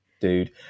dude